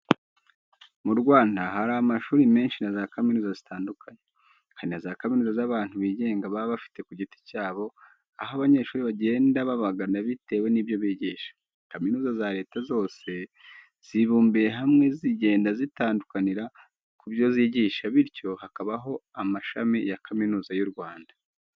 Mu Rwanda hari amashuri menshi na zakaminuza zitandukanye. Hari na zakaminuza z'abantu bigenga baba bafite ku giti cyabo, aho abanyeshuri bagenda babagana bitewe nibyo bigisha. Kaminuza za Leta zose zibumbiye hamwe zigenda zitandukanira ku byo zigisha bityo hakabaho amashami ya kaminuza y'u Rwanda.